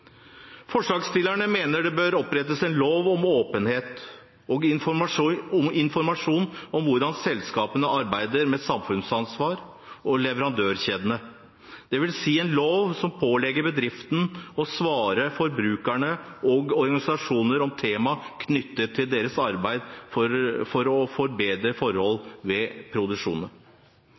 Forslagsstillerne mener det bør opprettes en lov om åpenhet og informasjon om hvordan selskapene arbeider med samfunnsansvar og leverandørkjedene, dvs. en lov som pålegger bedriften å svare forbrukerne og organisasjoner om tema knyttet til deres arbeid for å forbedre forhold ved